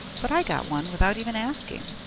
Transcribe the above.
but i got one without even asking.